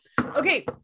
Okay